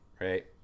right